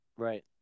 Right